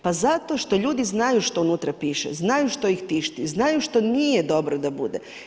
Pa zato što ljudi znaju što unutra piše, znaju što ih tišti, znaju što nije dobro da bude.